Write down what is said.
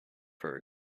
for